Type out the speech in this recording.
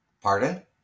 Pardon